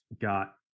got